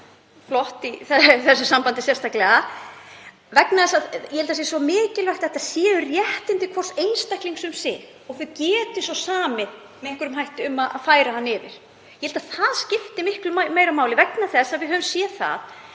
flott í þessu sambandi sérstaklega. Ég held að það sé svo mikilvægt að þetta séu réttindi hvers einstaklings um sig og þau geti svo samið með einhverjum hætti um að færa hann yfir. Ég held að það skipti miklu meira máli vegna þess að við höfum séð það